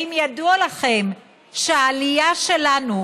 האם ידוע לכם שהעלייה שלנו,